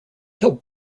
tell